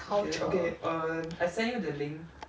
culture